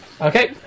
Okay